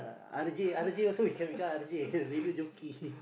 r_j r_j also I can become r_j radio jockey